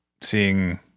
seeing